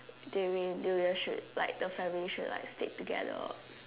they really do they should like the family should stay together